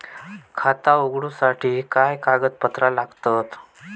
खाता उगडूच्यासाठी काय कागदपत्रा लागतत?